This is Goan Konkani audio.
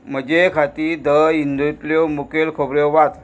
म्हजे खातीर द हिंदूंतल्यो मुखेल खबऱ्यो वाच